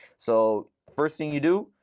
so first thing you do